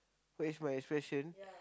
what is my expression